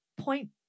point